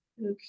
Okay